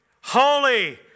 holy